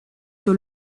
sur